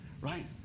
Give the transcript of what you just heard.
right